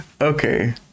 Okay